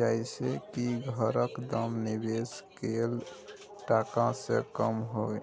जइसे की घरक दाम निवेश कैल टका से कम हुए